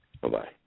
Bye-bye